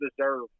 deserve